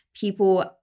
People